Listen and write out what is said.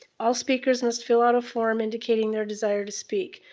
all speakers must fill out a form indicating their desire to speak.